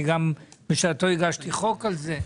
אני גם בשעתו הגשתי חוק על זה,